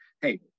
hey